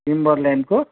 टिम्बरल्यान्डको